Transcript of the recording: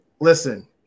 Listen